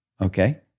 okay